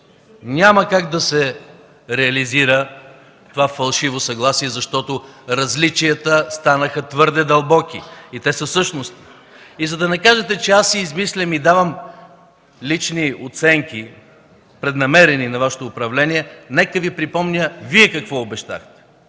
Няма как да се реализира това фалшиво съгласие, защото различията станаха твърде дълбоки и те са същностни. За да не кажете, че аз си измислям и давам лични, преднамерени оценки на Вашето управление, нека Ви припомня Вие какво обещахте,